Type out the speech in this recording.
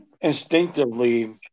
instinctively